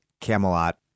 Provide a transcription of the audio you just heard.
camelot